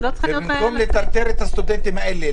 ובמקום לטרטר את הסטודנטים האלה,